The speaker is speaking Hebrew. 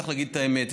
צריך להגיד את האמת,